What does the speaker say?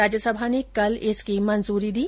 राज्यसभा ने कल इसकी मंजूरी दी